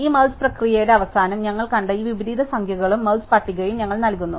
അതിനാൽ ഈ മെർജ് പ്രക്രിയയുടെ അവസാനം ഞങ്ങൾ കണ്ട ഈ വിപരീത സംഖ്യകളും മെർജ് പട്ടികയും ഞങ്ങൾ നൽകുന്നു